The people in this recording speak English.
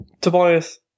Tobias